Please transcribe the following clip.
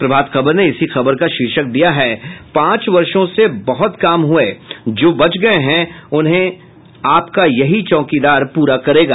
प्रभात खबर ने इसी खबर का शीर्षक दिया है पांच वर्षो में बहुत काम हुये जो बच गये हैं उन्हें आपका यही चौकीदार पूरा करेगा